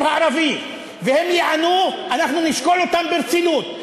הערבי והן ייענו אנחנו נשקול ברצינות.